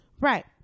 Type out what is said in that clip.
Right